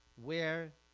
where,